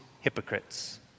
hypocrites